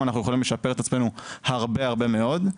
אנחנו יכולים לשפר את עצמנו הרבה הרבה מאוד.